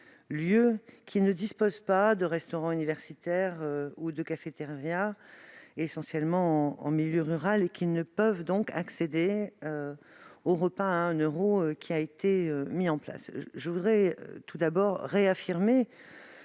lieux qui ne disposent pas de restaurant universitaire ou de cafétéria, essentiellement en milieu rural. Ces étudiants ne peuvent donc accéder au repas à un euro qui a été mis en place. Je voudrais tout d'abord réaffirmer